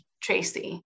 Tracy